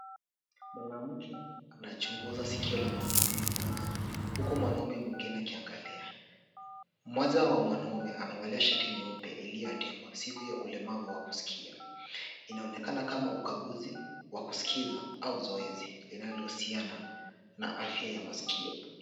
Mwanamke anachunguza sikio la mwanaume mmoja, huku mwanaume mwingine akiangalia. Mmoja wa mwanaume amevalia shati nyeupe iliyo andikwa siku ya walemavu wa kuskia inaonekana kama ukaguzi wa kiskiza au zoezi linalohusiana na afya ya maskio.